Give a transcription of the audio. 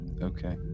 Okay